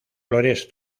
flores